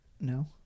No